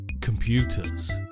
computers